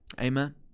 Amen